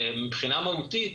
מבחינה מהותית,